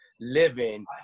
living